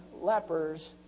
lepers